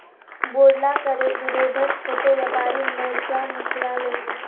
बोढ़ला करेर विरोधत छोटो व्यापारी मोर्चा निकला ले